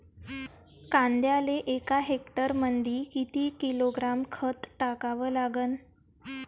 कांद्याले एका हेक्टरमंदी किती किलोग्रॅम खत टाकावं लागन?